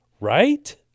Right